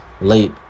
late